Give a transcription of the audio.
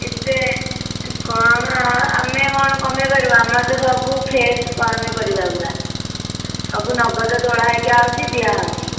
ଏତେ କ'ଣ ଆମେ କ'ଣ କମାଇପାରିବୁ ଆମର ତ ସବୁ ଫ୍ରେଶ୍ ପନିପରିବାଗୁଡ଼ା ସବୁ ନଗଦ ତୋଳା ହେଇକି ଆସୁଛି ଦିଆହେଉଛି